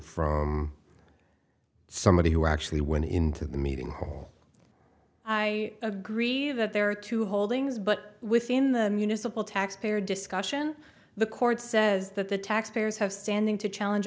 from somebody who actually went into the meeting hall i agree that there are two holdings but within the municipal tax payer discussion the court says that the taxpayers have standing to challenge